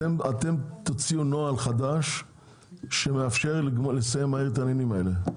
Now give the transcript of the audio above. אתם תוציאו נוהל חדש שמאפשר לסיים מהר את העניינים האלה,